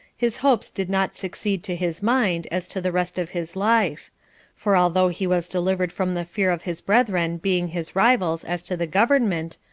his hopes did not succeed to his mind, as to the rest of his life for although he was delivered from the fear of his brethren being his rivals as to the government,